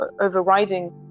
overriding